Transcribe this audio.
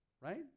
right